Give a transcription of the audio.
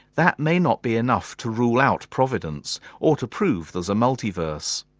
that may not be enough to rule out providence or to prove there's a multiverse.